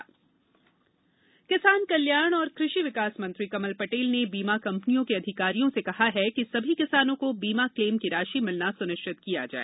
बीमा क्लेम किसान कल्याण तथा कृषि विकास मंत्री कमल पटेल ने बीमा कम्पनियों के अधिकारियों से कहा है कि सभी किसानों को बीमा क्लेम की राशि मिलना सुनिश्चित किया जाए